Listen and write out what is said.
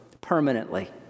permanently